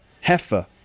heifer